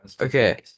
Okay